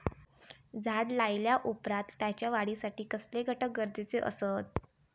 झाड लायल्या ओप्रात त्याच्या वाढीसाठी कसले घटक गरजेचे असत?